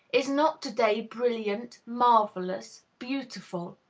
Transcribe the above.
is not to-day brilliant, marvellous, beautiful?